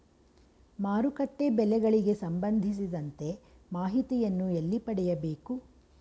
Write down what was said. ಮಾರುಕಟ್ಟೆ ಬೆಲೆಗಳಿಗೆ ಸಂಬಂಧಿಸಿದಂತೆ ಮಾಹಿತಿಯನ್ನು ಎಲ್ಲಿ ಪಡೆಯಬೇಕು?